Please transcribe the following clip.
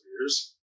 years